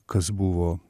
kas buvo